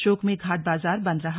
शोक में घाट बाजार बंद रहा